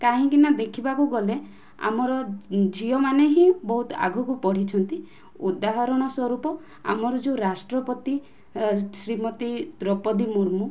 କାହିଁକି ନା ଦେଖିବାକୁ ଗଲେ ଆମର ଝିଅମାନେ ହିଁ ବହୁତ ଆଗକୁ ବଢ଼ିଛନ୍ତି ଉଦାହରଣ ସ୍ୱରୂପ ଆମର ଯେଉଁ ରାଷ୍ଟ୍ରପତି ଶ୍ରୀମତୀ ଦ୍ରୌପଦୀ ମୁର୍ମୁ